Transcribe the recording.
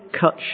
cut